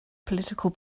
political